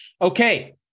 Okay